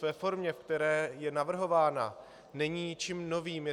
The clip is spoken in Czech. Ve formě, ve které je navrhována, není ničím novým.